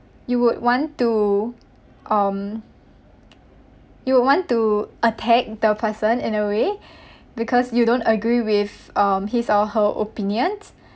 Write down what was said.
you would want to um you would want to attack the person in a way because you don't agree with um his or her opinions